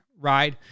right